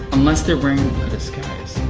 unless they're wearing a disguise.